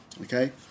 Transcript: okay